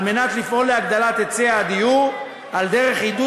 על מנת לפעול להגדלת היצע הדיור על דרך עידוד